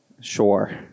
Sure